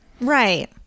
right